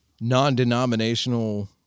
Non-denominational